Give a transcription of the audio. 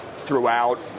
throughout